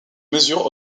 mesure